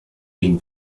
been